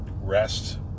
rest